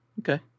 Okay